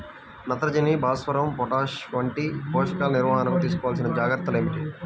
నత్రజని, భాస్వరం, పొటాష్ వంటి పోషకాల నిర్వహణకు తీసుకోవలసిన జాగ్రత్తలు ఏమిటీ?